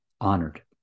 honored